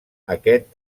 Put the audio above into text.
aquest